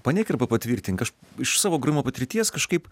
paneik arba patvirtink aš iš savo grojimo patirties kažkaip